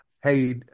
Hey